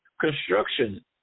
construction